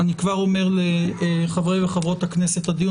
אני כבר אומר לחברי וחברות הכנסת שהדיון